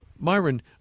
Myron